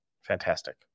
Fantastic